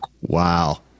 Wow